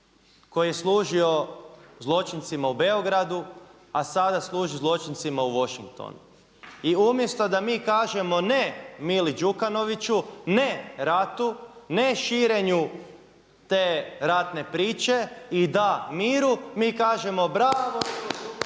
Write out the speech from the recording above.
koji je služio zločincima u Beogradu a sada služi zločincima u Washingtonu. I umjesto da mi kažemo ne Mili Đukonoviću, ne ratu, ne širenju te ratne priče i da miru, mi kažemo bravo